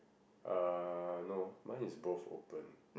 uh no mine is both open